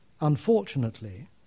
Unfortunately